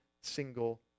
single